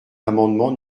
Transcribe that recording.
l’amendement